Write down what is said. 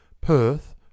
Perth